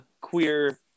queer